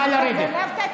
נא לרדת.